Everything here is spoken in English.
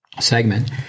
Segment